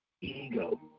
ego